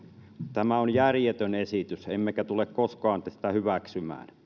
tämä on järjetön esitys emmekä tule tätä koskaan hyväksymään